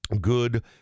good